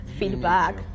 feedback